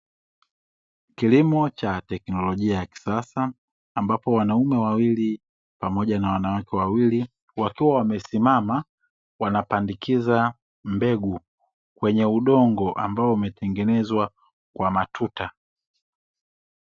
Kilimo cha teknolojia ya kisasa ambapo wanaume wawili pamoja na wanawake wawili wakiwa wamesimama, wanapandikiza mbegu kwenye udongo ambao umetengenezwa kwa matuta.